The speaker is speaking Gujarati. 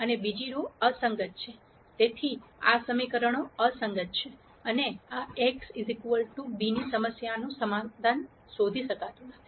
અને બીજી રો અસંગત છે તેથી આ સમીકરણો અસંગત છે અને આ A x b ની સમસ્યાનું સમાધાન શોધી શકાતું નથી